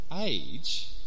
age